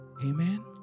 Amen